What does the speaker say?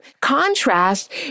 Contrast